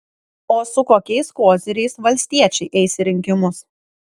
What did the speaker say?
o su kokiais koziriais valstiečiai eis į rinkimus